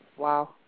Wow